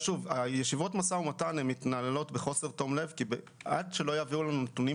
ישיבות המשא ומתן מתנהלות בחוסר תום-לב כי עד שלא יביאו לנו נתונים